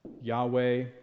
Yahweh